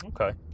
Okay